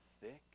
thick